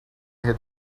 had